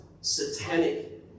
satanic